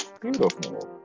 Beautiful